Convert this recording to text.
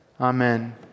Amen